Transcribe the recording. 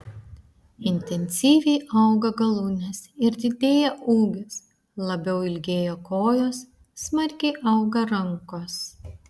intensyviai auga galūnės ir didėja ūgis labiau ilgėja kojos smarkiai auga rankos